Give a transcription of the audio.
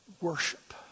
Worship